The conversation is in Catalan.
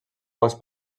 volts